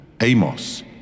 amos